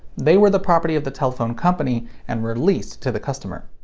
they were the property of the telephone company and were leased to the customer.